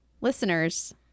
listeners